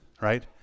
right